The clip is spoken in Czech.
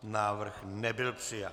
Návrh nebyl přijat.